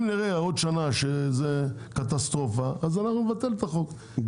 אם נראה באיזושהי שנה שזו קטסטרופה אז אנחנו נבטל את החוק,